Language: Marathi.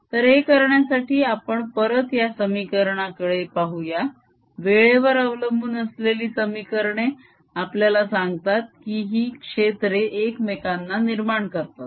तर हे करण्यासाठी आपण परत या समीकरणाकडे पाहूया वेळेवर अवलंबून असलेली समीकरणे आपल्याला सांगतात की ही क्षेत्रे एकमेकांना निर्माण करतात